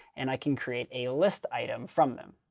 and i can create a list item from them.